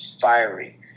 fiery